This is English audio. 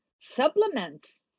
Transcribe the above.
supplements